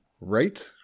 Right